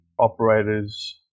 operators